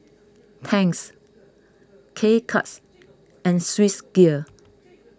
Tangs K Cuts and Swissgear